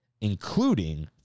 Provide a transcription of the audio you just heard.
including